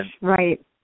right